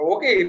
Okay